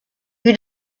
who